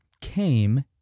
came